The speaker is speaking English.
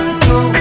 two